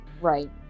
right